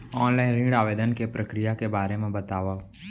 Online ऋण आवेदन के प्रक्रिया के बारे म बतावव?